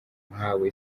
nkawe